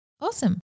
Awesome